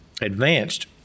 advanced